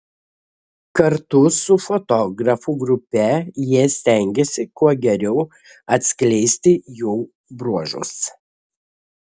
kartu su fotografų grupe jie stengėsi kuo geriau atskleisti jų bruožus